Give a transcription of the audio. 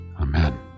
Amen